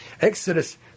Exodus